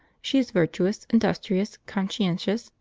she is virtuous, industrious, conscientious,